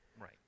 right